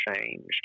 changed